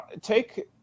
take